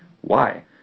Why